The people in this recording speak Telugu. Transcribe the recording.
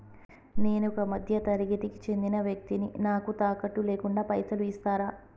నేను ఒక మధ్య తరగతి కి చెందిన వ్యక్తిని నాకు తాకట్టు లేకుండా పైసలు ఇస్తరా?